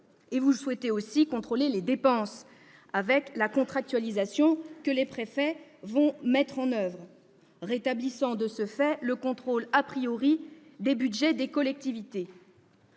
Vous souhaitez aussi contrôler leurs dépenses, à travers la contractualisation que les préfets vont mettre en oeuvre, rétablissant de ce fait le contrôle des budgets des collectivités.